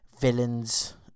villains